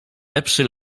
lepszy